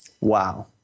Wow